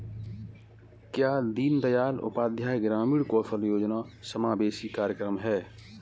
क्या दीनदयाल उपाध्याय ग्रामीण कौशल योजना समावेशी कार्यक्रम है?